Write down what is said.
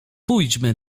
pójdźmy